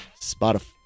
spotify